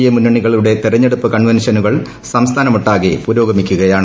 A മുന്നണികളുടെ തെരഞ്ഞെടുപ്പ് കൺവൻഷനുകൾ സംസ്ഥാനമൊട്ടാകെ പുരോഗമിക്കുകയാണ്